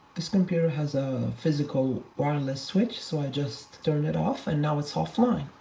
this computer has a physical wireless switch, so i just turned it off, and now it's offline.